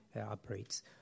operates